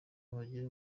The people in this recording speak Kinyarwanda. bagere